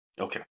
Okay